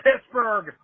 Pittsburgh